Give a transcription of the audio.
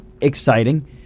exciting